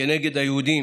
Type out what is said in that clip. כנגד היהודים,